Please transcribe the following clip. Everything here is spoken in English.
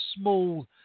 small